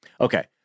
Okay